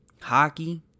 hockey